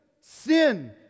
sin